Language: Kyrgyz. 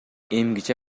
эмгиче